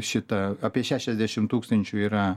šita apie šešiasdešim tūkstančių yra